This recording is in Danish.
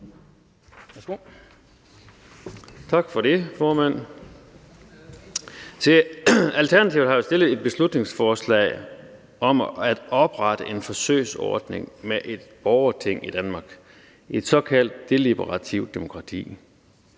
Tak for det, formand. Alternativet har fremsat et beslutningsforslag om at oprette en forsøgsordning med et borgerting i Danmark, et såkaldt deliberativt demokrati.